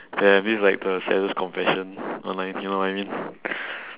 yeah this's like the saddest confession but like you know what I mean